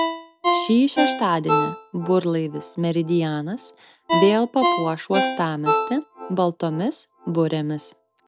šį šeštadienį burlaivis meridianas vėl papuoš uostamiestį baltomis burėmis